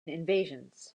invasions